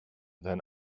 than